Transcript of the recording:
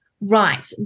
Right